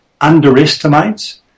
underestimates